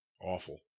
Awful